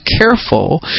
careful